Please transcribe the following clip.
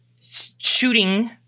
shooting